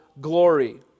glory